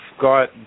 got